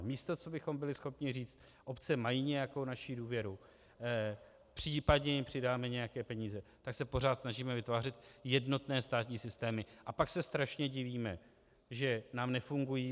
Místo co bychom byli schopni říct obce mají nějakou naši důvěru, případně jim přidáme nějaké peníze, tak se pořád snažíme vytvářet jednotné státní systémy, a pak se strašně divíme, že nám nefungují.